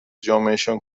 جامعهشان